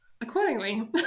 accordingly